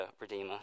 redeemer